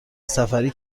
سفری